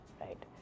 right